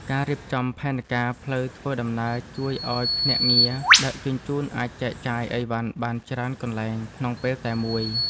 ការរៀបចំផែនការផ្លូវធ្វើដំណើរជួយឱ្យភ្នាក់ងារដឹកជញ្ជូនអាចចែកចាយអីវ៉ាន់បានច្រើនកន្លែងក្នុងពេលតែមួយ។